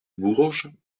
bourges